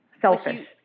selfish